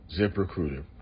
ZipRecruiter